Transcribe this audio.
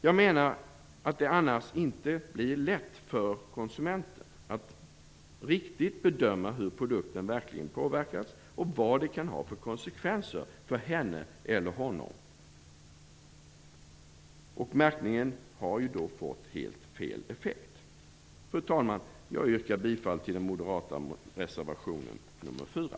Jag menar att det annars inte blir lätt för konsumenten att riktigt bedöma hur produkten verkligen påverkats och vad det kan ha för konsekvenser för henne eller honom. Då har märkningen fått helt fel effekt. Fru talman! Jag yrkar bifall till den moderata reservationen nr 4.